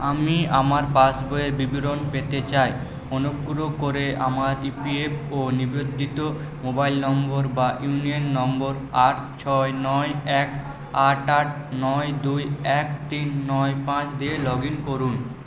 আমি আমার পাসবইয়ের বিবরণ পেতে চাই অনুগ্রহ করে আমার ইপিএফও নিবন্ধিত মোবাইল নম্বর বা ইউনিয়ন নম্বর আট ছয় নয় এক আট আট নয় দুই এক তিন নয় পাঁচ দিয়ে লগ ইন করুন